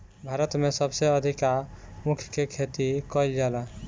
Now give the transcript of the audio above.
भारत में सबसे अधिका ऊख के खेती कईल जाला